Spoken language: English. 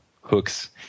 hooks